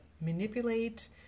manipulate